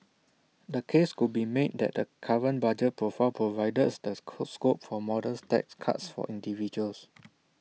the case could be made that the current budget profile provides the scope for modest tax cuts for individuals